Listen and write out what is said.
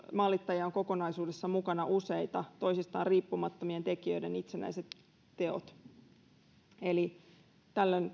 maalittajia on kokonaisuudessa mukana useita ja kyseessä on toisistaan riippumattomien tekijöiden itsenäiset teot eli tällöin